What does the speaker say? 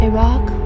Iraq